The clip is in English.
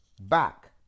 back